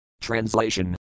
Translation